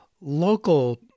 local